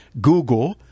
Google